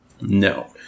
No